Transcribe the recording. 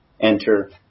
enter